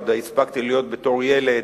עוד הספקתי להיות בתור ילד,